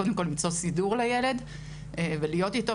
קודם כל למצוא סידור לילד ולהיות איתו.